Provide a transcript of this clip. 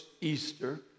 Easter